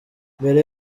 mbere